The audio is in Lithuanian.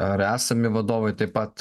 ar esami vadovai taip pat